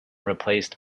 replaced